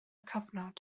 cyfnod